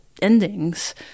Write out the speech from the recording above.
endings